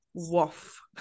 woof